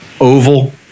Oval